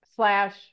slash